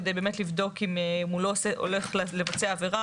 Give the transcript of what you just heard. כדי באמת לבדוק אם הוא לא הולך לבצע עבירה